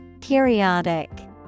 Periodic